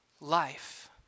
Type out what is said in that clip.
life